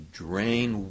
drain